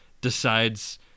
decides